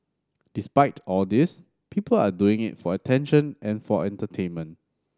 despite all these people are doing it for attention and for entertainment